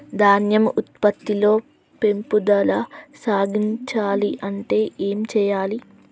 ధాన్యం ఉత్పత్తి లో పెంపుదల సాధించాలి అంటే ఏం చెయ్యాలి?